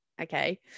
okay